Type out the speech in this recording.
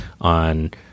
on